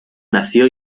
nació